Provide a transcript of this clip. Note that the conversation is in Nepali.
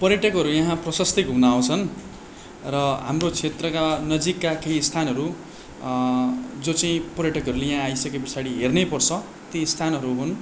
पर्यटकहरू यहाँ प्रशस्तै घुम्न आउँछन् र हाम्रो क्षेत्रका नजिकका केही स्थानहरू जो चाहिँ पर्यटकहरूले यहाँ आइसके पछाडि हेर्नै पर्छ ती स्थानहरू हुन्